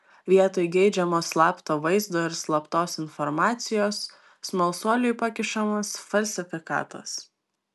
vietoj geidžiamo slapto vaizdo ir slaptos informacijos smalsuoliui pakišamas falsifikatas